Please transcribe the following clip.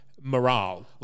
morale